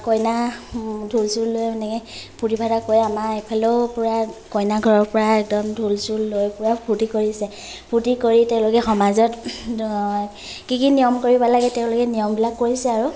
কইনা ঢোল চোল লৈ এনেকৈ ফূৰ্তি ফাৰ্তা কৰে আমাৰ এইফালেও পূৰা কইনা ঘৰৰপৰা একদম ঢোল চোল লৈ পূৰা ফূৰ্তি কৰিছে ফূৰ্তি কৰি তেওঁলোকে সমাজত কি কি নিয়ম কৰিব লাগে তেওঁলোকে নিয়মবিলাক কৰিছে আৰু